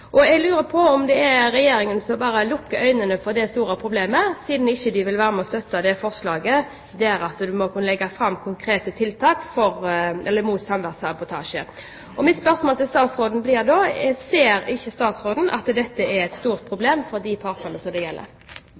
Jeg lurer på om Regjeringen bare har lukket øynene for det store problemet siden de ikke vil være med og støtte forslaget der vi ber om at det legges fram konkrete tiltak mot samværssabotasje. Mitt spørsmål blir da: Ser ikke statsråden at dette er et stort problem for de partene det gjelder?